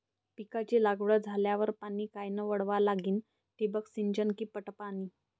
पिकाची लागवड झाल्यावर पाणी कायनं वळवा लागीन? ठिबक सिंचन की पट पाणी?